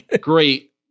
Great